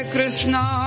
Krishna